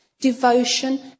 devotion